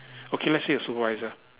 okay let's say your supervisor